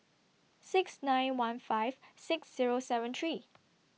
six nine one five six Zero seven three